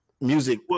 music